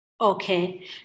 Okay